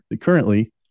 currently